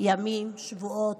ימים, שבועות,